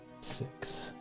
Six